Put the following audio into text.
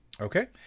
Okay